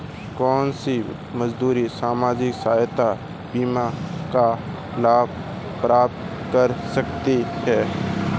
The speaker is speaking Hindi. कौनसे मजदूर सामाजिक सहायता बीमा का लाभ प्राप्त कर सकते हैं?